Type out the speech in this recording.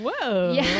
whoa